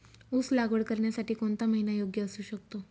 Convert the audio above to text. ऊस लागवड करण्यासाठी कोणता महिना योग्य असू शकतो?